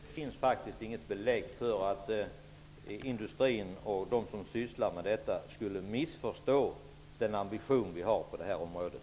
Fru talman! Det finns faktiskt inget belägg för att industrin och de som sysslar med detta skulle missförstå den ambition vi har på det här området.